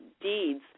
deeds